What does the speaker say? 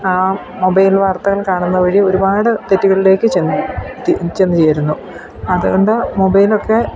mobile വാർത്തകൾ കാണുന്നതുവഴി ഒരുപാട് തെറ്റുകളിലേക്ക് ചെന്നെത്തി ചെന്നുചേരുന്നു അതുകൊണ്ട് മൊബൈലൊക്കെ